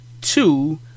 two